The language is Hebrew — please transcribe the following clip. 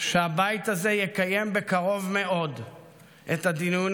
שהבית הזה יקיים בקרוב מאוד את הדיונים